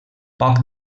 poc